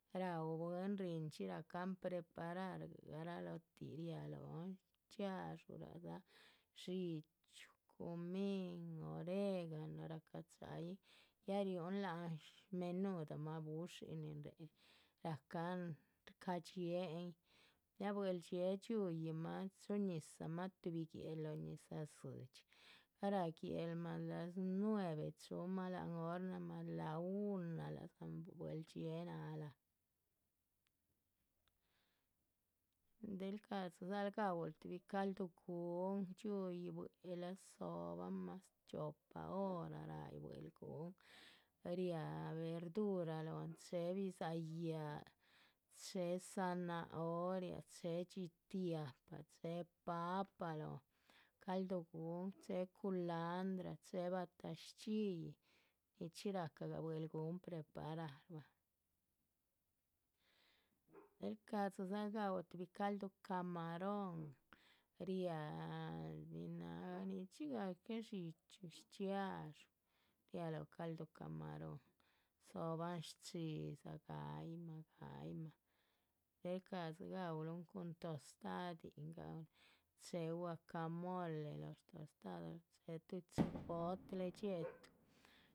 Raú bwín rihinchxí rahcan, preparar garalotih riáh lóhon shchxiadxúradza dxíchyu, cumín, oregano, rahcah cha´yin, ya riúhun lahan shmenudomah. bushín nin rahcan shca´dxiehen, ya buehldxiée dxíuyihmah, chúhu ñizahmah tuhbi guéhla, lóho ñizah dzidxi, garáh guéhl más las nueve, chuhumah láhan horna. más láh una, láhan buehldxiée náhalah, del shcadzidzahal gaúluh tuhbi calduh gun, dxiúyi buehla, dzóbahmah chiopa hora ráyi buehl gun, riáha verduraraa. lóhon chéhe bidza´h yáa chéhe zanahoria, chéhe dxítiahpa, chéhe papa lóhon, calduh gun, chehe culandrah chéhe batashchxíyi nichxí rahca buehl gun preparar. bah, del shcadxilauh gaúhluh tuhbi calduh camarón riáha nin náhaluh nichxí gahca dxíchyu, shchxiadxú, riáha lóho calduh camarón, dzóhobahn shchxídza gáyimah. gáyimah del shcadzil gaúluhn cun tostadin gah chéhe guacamole lóho shtostadaluh, chéhe tu chiplote chéhe dxiéhetuh.